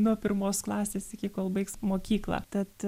nuo pirmos klasės iki kol baigs mokyklą tad